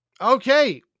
Okay